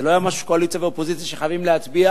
זה לא היה משהו של קואליציה ואופוזיציה שחייבים להצביע.